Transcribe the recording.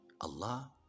Allah